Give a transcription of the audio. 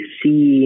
see –